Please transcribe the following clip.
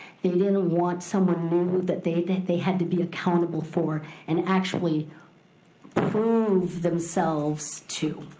they didn't want someone new that they that they had to be accountable for and actually prove themselves to.